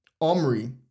Omri